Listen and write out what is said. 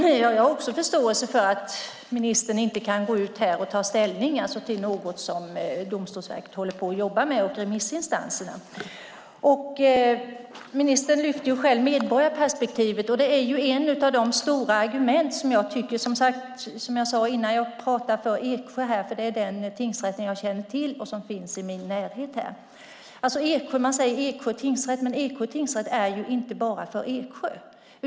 Fru talman! Jag har förståelse för att ministern inte kan gå ut här och ta ställning till något som Domstolsverket och remissinstanserna håller på att jobba med. Ministern lyfte själv fram medborgarperspektivet. Det är ett av de stora argument som finns. Jag pratade tidigare om Eksjö här, för det är den tingsrätt jag känner till och som finns i min närhet. Man säger Eksjö tingsrätt, men Eksjö tingsrätt är ju inte bara till för Eksjö.